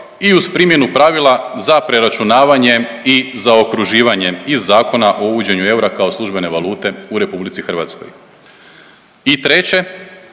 i uz primjenu pravila za preračunavanjem i zaokruživanjem iz Zakona o uvođenju eura kao službene valute u RH. I treće,